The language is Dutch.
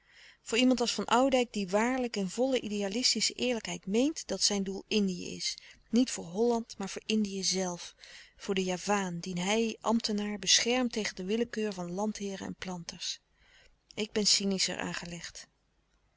voor iemand als van oudijck die waarlijk in volle idealistische eerlijkheid meent dat zijn doel indië is niet voor holland maar voor indië zelf voor den javaan dien hij ambtenaar beschermt tegen de willekeur van landheeren en planters ik ben cynischer aangelegd